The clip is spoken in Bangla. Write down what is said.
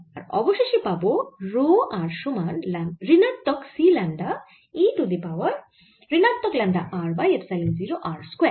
আর অবশেষে পাবো রো r সমান ঋণাত্মক C lambda e to the power ঋণাত্মক lambda r by epsilon 0 r square